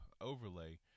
overlay